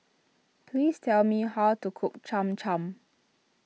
please tell me how to cook Cham Cham